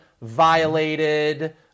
violated